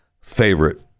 favorite